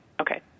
Okay